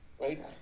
right